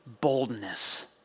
boldness